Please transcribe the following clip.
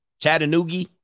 Chattanooga